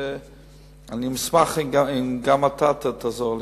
ואני אשמח אם גם אתה תעזור לי.